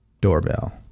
Doorbell